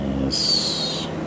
Yes